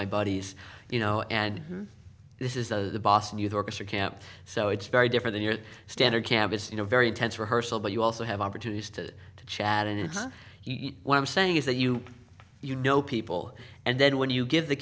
my buddies you know and this is a boston youth orchestra camp so it's very different than your standard campus you know very intense rehearsal but you also have opportunities to chat and it's what i'm saying is that you you know people and then when you give the